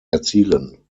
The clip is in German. erzielen